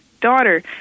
daughter